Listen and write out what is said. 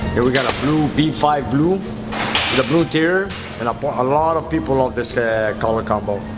here we got a blue b five blue the blue tier and upon a lot of people of this color combo